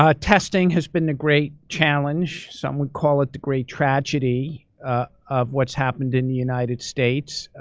ah testing has been a great challenge. some would call it the great tragedy of what's happened in united states.